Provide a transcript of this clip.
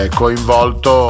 coinvolto